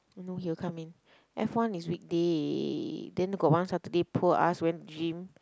no he will come in F one is weekday then got one Saturday poor us went to gym